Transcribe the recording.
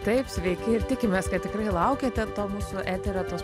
taip sveiki ir tikimės kad tikrai laukiate to mūsų eterio tos